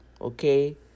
okay